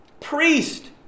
Priest